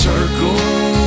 Circle